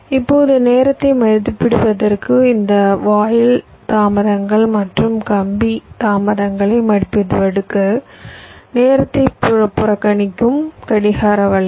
இப்போது நேரத்தை மதிப்பிடுவதற்கு இந்த வாயில் தாமதங்கள் மற்றும் கம்பி தாமதங்களை மதிப்பிடுவதற்கு நேரத்தை புறக்கணிக்கும் கடிகார வளைவு